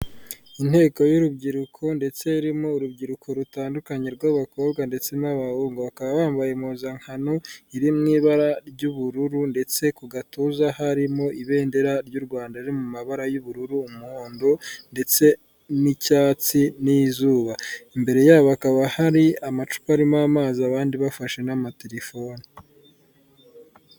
Inteko y'urubyiruko ndetse irimo urubyiruko rutandukanye rw'abakobwa ndetse n'abahungu, bakaba bambaye impuzankano iri mu ibara ry'ubururu ndetse ku gatuza harimo ibendera ry'u Rwanda riri mu mabara y'ubururu, umuhondo ndetse n'icyatsi n'izuba, imbere yabo hakaba hari amacupa arimo amazi abandi bafashe n'amatelefoni.